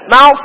Now